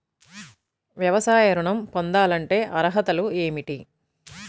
వ్యవసాయ ఋణం పొందాలంటే అర్హతలు ఏమిటి?